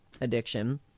addiction